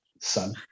son